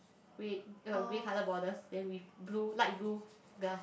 grey uh grey color borders then with blue light blue glass